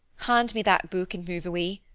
hand me that book and move away.